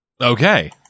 Okay